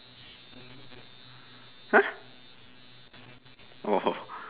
!woohoo!